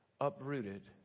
uprooted